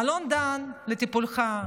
מלון דן, לטיפולך,